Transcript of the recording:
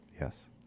Yes